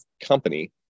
company